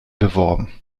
beworben